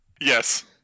Yes